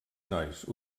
nois